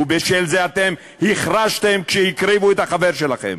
ובשל זה אתם החרשתם כשהקריבו את החבר שלכם.